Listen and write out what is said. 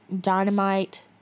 Dynamite